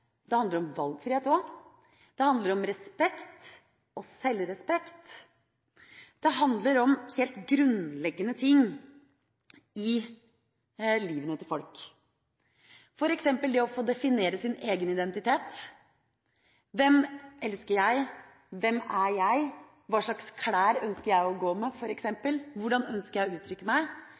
det handler om valgfrihet, det handler om respekt og sjølrespekt. Det handler om helt grunnleggende ting i livene til folk, f.eks. det å få definere sin egen identitet – hvem elsker jeg, hvem er jeg, hva slags klær ønsker jeg å gå med, hvordan ønsker jeg å uttrykke meg,